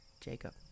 Jacob